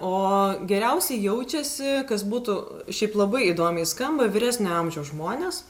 o geriausiai jaučiasi kas būtų šiaip labai įdomiai skamba vyresnio amžiaus žmonės